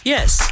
Yes